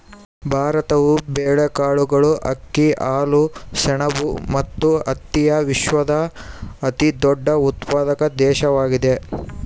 ಭಾರತವು ಬೇಳೆಕಾಳುಗಳು, ಅಕ್ಕಿ, ಹಾಲು, ಸೆಣಬು ಮತ್ತು ಹತ್ತಿಯ ವಿಶ್ವದ ಅತಿದೊಡ್ಡ ಉತ್ಪಾದಕ ದೇಶವಾಗಿದೆ